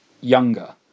younger